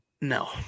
No